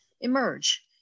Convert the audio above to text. emerge